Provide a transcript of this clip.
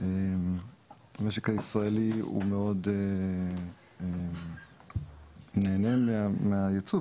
המשק הישראלי מאוד נהנה מהייצוא,